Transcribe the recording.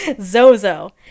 Zozo